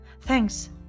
Thanks